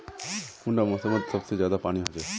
कुंडा मोसमोत सबसे ज्यादा पानी होचे?